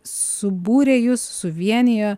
subūrė jus suvienijo